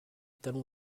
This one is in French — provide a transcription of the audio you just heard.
talons